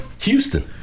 Houston